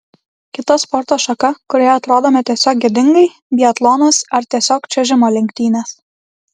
kita sporto šaka kurioje atrodome tiesiog gėdingai biatlonas ar tiesiog čiuožimo lenktynės